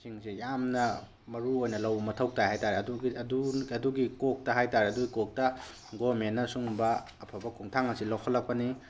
ꯁꯤꯡꯁꯦ ꯌꯥꯝꯅ ꯃꯔꯨꯑꯣꯏꯅ ꯂꯧꯕ ꯃꯊꯧ ꯇꯥꯏ ꯍꯥꯏꯇꯥꯔꯦ ꯑꯗꯨꯒꯤ ꯀꯣꯛꯇ ꯍꯥꯏꯇꯥꯔꯦ ꯑꯗꯨꯒꯤ ꯀꯣꯛꯇ ꯒꯣꯃꯦꯟꯅ ꯁꯤꯒꯨꯝꯕ ꯑꯐꯕ ꯈꯣꯡꯊꯥꯡ ꯑꯁꯤ ꯂꯧꯈꯠꯂꯛꯄꯅꯤ